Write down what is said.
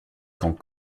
quand